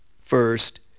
First